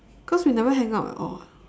cause we never hang up at all